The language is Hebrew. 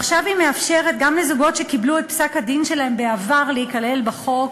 ועכשיו היא מאפשרת גם לזוגות שקיבלו את פסק-הדין שלהם בעבר להיכלל בחוק.